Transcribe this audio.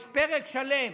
יש פרק שלם